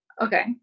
Okay